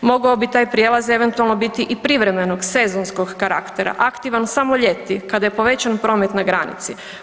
Mogao bi taj prijelaz eventualno biti i privremenog sezonskog karaktera, aktivan samo ljeti kada je povećan promet na granici.